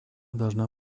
должна